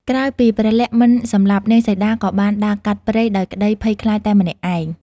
ក្រោយពីព្រះលក្សណ៍មិនសម្លាប់ នាងសីតាក៏បានដើរកាត់ព្រៃដោយក្តីភ័យខ្លាចតែម្នាក់ឯង។